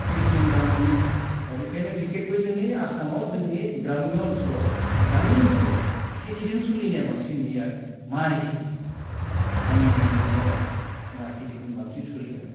थ्रिस मन गाहाम मोनो दा बिखायनो बिक्केक'यै जोंनि आसामाव जोंनि ग्रामिय' ओनसोलाव गामि ओनसोलाव खेथिजों सोलिनाय बांसिन नुयो आरो माइ खेथि आंनि मोनदांनायाव आरो माइ खेथिजों बांसिन सोलियो आरो